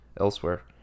elsewhere